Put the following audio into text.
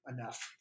enough